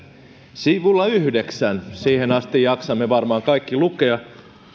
sivulla yhdeksän siihen asti jaksamme varmaan kaikki lukea